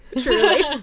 Truly